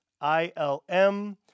I-L-M